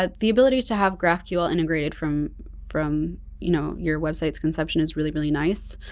ah the ability to have graphql integrated from from you know your website's conception is really really nice.